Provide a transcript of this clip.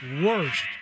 Worst